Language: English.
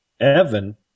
Evan